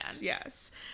yes